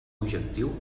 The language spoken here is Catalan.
objectiu